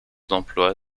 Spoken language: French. d’emploi